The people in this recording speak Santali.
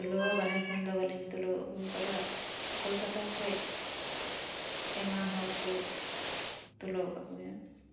ᱛᱩᱞᱟᱹᱣᱟ ᱵᱟᱨᱦᱮ ᱠᱷᱚᱱ ᱫᱚ ᱵᱟᱞᱤᱝ ᱛᱩᱞᱟᱹᱣ ᱟᱜᱩᱣ ᱠᱟᱫᱟ ᱠᱳᱞᱠᱟᱛᱟ ᱠᱷᱚᱡ ᱟᱭᱢᱟ ᱦᱚᱲ ᱠᱚ ᱛᱩᱞᱟᱹᱣ ᱟᱜᱩᱭᱟ